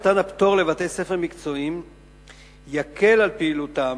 מתן הפטור לבתי-ספר מקצועיים יקל על פעילותם